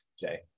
Jay